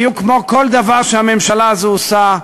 בדיוק כמו כל דבר שהממשלה הזאת עושה,